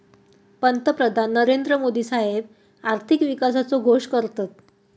पंतप्रधान नरेंद्र मोदी साहेब आर्थिक विकासाचो घोष करतत